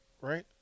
right